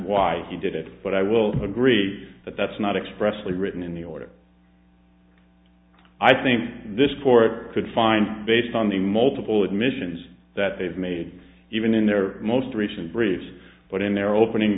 why he did it but i will agree that that's not expressly written in the order i think this court could find based on the multiple admissions that they've made even in their most recent briefs but in their opening